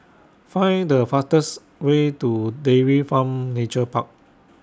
Find The fastest Way to Dairy Farm Nature Park